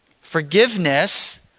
Forgiveness